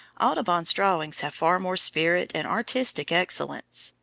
audubon's drawings have far more spirit and artistic excellence,